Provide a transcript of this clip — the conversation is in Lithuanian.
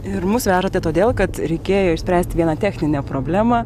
ir mus vežate todėl kad reikėjo išspręsti vieną techninę problemą